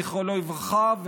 זיכרונו לברכה,